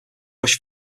rush